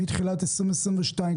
מתחילת 2022,